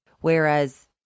Whereas